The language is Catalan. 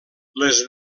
les